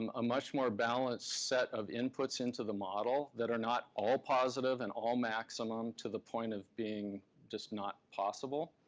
um a much more balanced set of inputs into the model that are not all positive and all maximum to the point of being just not possible,